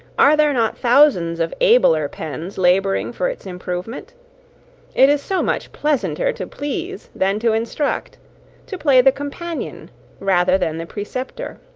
are there not thousands of abler pens labouring for its improvement it is so much pleasanter to please than to instruct to play the companion rather than the preceptor.